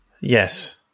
Yes